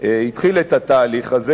התחיל את התהליך הזה,